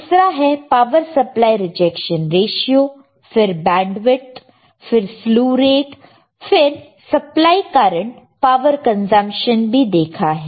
दूसरा है power supply rejection ratio फिर बैंडविड्थ फिर स्लु रेट फिर सप्लाई करंट पावर कंजप्शन भी देखा है